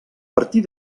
partir